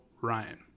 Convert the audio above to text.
Ryan